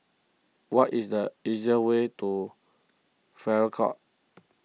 what is the easier way to Farrer Court